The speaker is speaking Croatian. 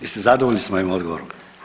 Jeste zadovoljni s mojim odgovorom?